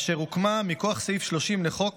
אשר הוקמה מכוח סעיף 30 לחוק